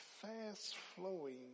fast-flowing